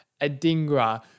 Adingra